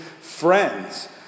friends